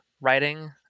writing